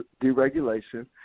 deregulation